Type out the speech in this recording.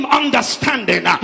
understanding